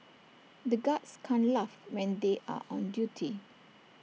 the guards can't laugh when they are on duty